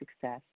success